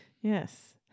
Yes